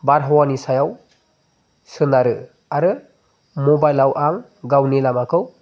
बारहावानि सायाव सोनारो आरो मबाइलाव आं गावनि लामाखौ